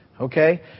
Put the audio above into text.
Okay